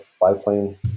biplane